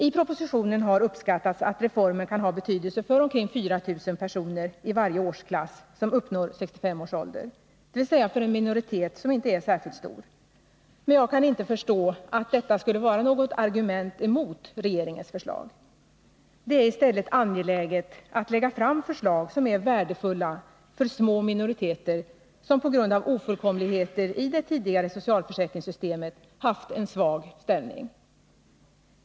I propositionen har uppskattats att reformen kan ha betydelse för omkring 4 000 personer i varje årsklass som uppnår 65 års ålder, dvs. för en minoritet som inte är särskilt stor. Men jag kan inte förstå att detta skulle vara något argument emot regeringens förslag. Det är i stället angeläget att lägga fram förslag som är värdefulla för små minoriteter som på grund av ofullkomligheteri det tidigare socialförsäkringssystemet haft en svag ställning.